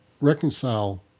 reconcile